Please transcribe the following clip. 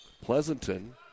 Pleasanton